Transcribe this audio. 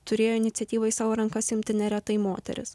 turėjo iniciatyvą į savo rankas imti neretai moteris